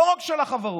לא רק של החברות,